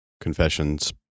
confessions